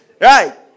Right